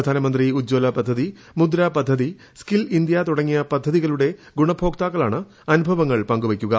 പ്രധാനമന്ത്രി ഉജ്ജ്വല പദ്ധതി മുദ്രപദ്ധതി സ്കിൽ ഇന്ത്യ തുടങ്ങിയ പദ്ധതികളുടെ ഗുണഭോക്താക്കളാണ് അനുഭവങ്ങൾ പങ്കുവയ്ക്കുക